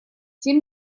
тем